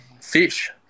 fish